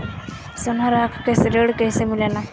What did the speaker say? सोना रख के ऋण कैसे मिलेला?